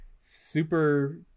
Super